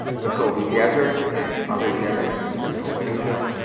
the gobi desert, and other deserts in central asia,